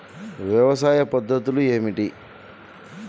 వ్యవసాయ పద్ధతులు ఏమిటి?